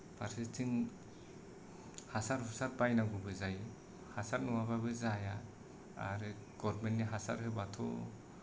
फारसेथिं हासार हुसार बायनांगौबो जायो हासार नङाबाबो जाया आरो गभामेन्ट नि हासार होबाथ'